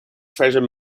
treasure